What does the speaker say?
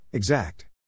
Exact